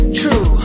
true